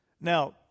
Now